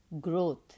growth